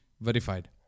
verified